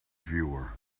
viewer